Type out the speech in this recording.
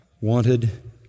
wanted